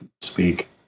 speak